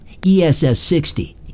ESS60